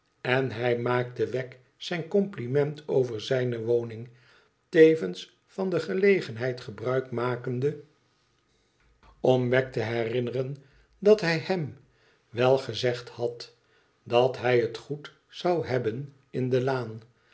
en hij maaakte wegg zijn compliment over zijne woning tevens van de gelegenheid gebruik makende dat hij hem wel gezegd had dat hij het goed zou hebben in de laan